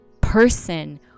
person